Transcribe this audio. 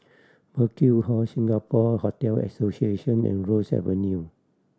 Burkill Hall Singapore Hotel Association and Ross Avenue